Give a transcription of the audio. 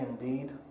indeed